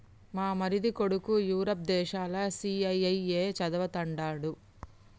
మా మరిది కొడుకు యూరప్ దేశంల సీఐఐఏ చదవతండాడు